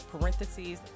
parentheses